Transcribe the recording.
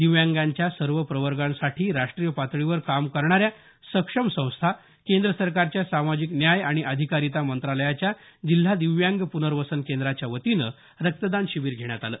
दिव्यांगांच्या सर्व प्रवर्गांसाठी राष्ट्रीय पातळीवर काम करणाऱ्या सक्षम संस्था केंद्र सरकारच्या सामजिक न्याय आणि अधिकारीता मंत्रालयाच्या जिल्हा दिव्यांग पुनर्वसन केंद्राच्या वतीनं रक्तदान शिबीर घेण्यात आलं